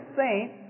saint